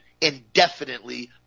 indefinitely